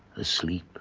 asleep.